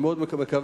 אני מאוד מקווה,